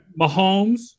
Mahomes